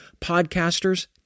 podcasters